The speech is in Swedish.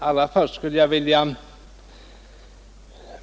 Herr talman!